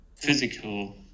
physical